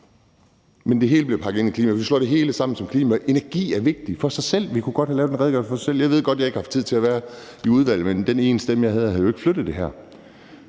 Men det hele bliver pakket ind i klimaet, og vi slår det hele sammen som klima. Energi er vigtigt for sig selv, og vi kunne godt have lavet en redegørelse om det alene. Jeg ved godt, jeg ikke har haft tid til at være i udvalget, men den ene stemme, jeg har, havde jo ikke flyttet det her.